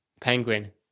Penguin